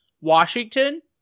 Washington